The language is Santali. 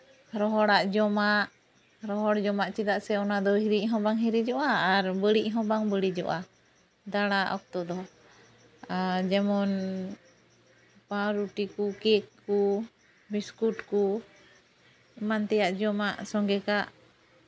ᱨᱚᱦᱚᱲᱟᱜ ᱡᱚᱢᱟᱜ ᱨᱚᱦᱚᱲ ᱡᱚᱢᱟᱜ ᱪᱮᱫᱟᱜ ᱥᱮ ᱚᱱᱟᱫᱚ ᱦᱤᱨᱤᱡ ᱦᱚᱸ ᱵᱟᱝ ᱦᱤᱨᱤᱡᱚᱜᱼᱟ ᱟᱨ ᱵᱟᱹᱲᱤᱡ ᱦᱚᱸ ᱵᱟᱝ ᱵᱟᱹᱲᱤᱡᱚᱜᱼᱟ ᱫᱟᱬᱟ ᱚᱠᱛᱚ ᱫᱚ ᱟᱨ ᱡᱮᱢᱚᱱ ᱯᱟᱣᱨᱩᱴᱤ ᱠᱚ ᱠᱮᱠ ᱠᱚ ᱵᱤᱥᱠᱩᱴ ᱠᱚ ᱮᱢᱟᱱ ᱛᱮᱭᱟᱜ ᱡᱚᱢᱟᱜ ᱥᱚᱸᱜᱮ ᱠᱟᱜ